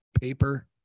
paper